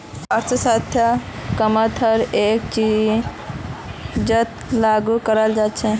अर्थशास्त्रतेर कीमत हर एक चीजत लागू कराल जा छेक